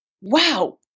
wow